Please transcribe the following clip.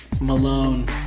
Malone